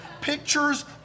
pictures